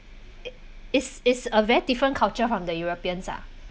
it is is a very different culture from the europeans ah